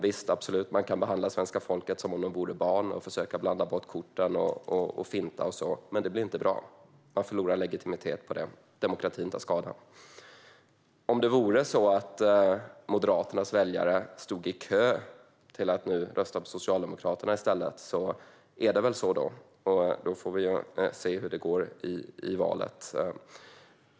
Visst, man kan absolut behandla svenska folket som om de vore barn och försöka blanda bort korten, finta och så vidare. Men det blir inte bra. Man förlorar legitimitet, och demokratin tar skada. Om det nu är så att Moderaternas väljare står i kö för att i stället rösta på Socialdemokraterna är det väl så, och då får vi se hur det går i valet.